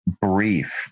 brief